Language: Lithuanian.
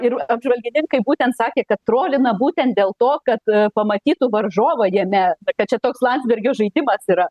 ir apžvalgininkai būtent sakė kad trolina būtent dėl to kad pamatytų varžovą jame kad čia toks landsbergio žaidimas yra